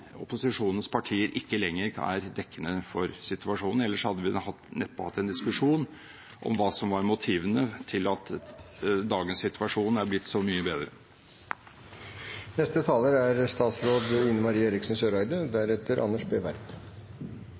opposisjonens partier, ikke lenger er dekkende for situasjonen. Ellers hadde vi neppe hatt en diskusjon om hva som var motivene til at dagens situasjon er blitt så mye bedre. Det er